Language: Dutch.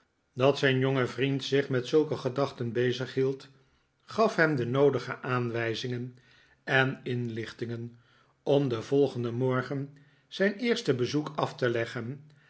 dat zijn jonge vriend zich met zulke gedachten bezighield gaf hem de noodige aanwijzingen en inlichtingen om den volgenden morgen zijn eerste bezoek af te leggen